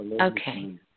Okay